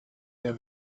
their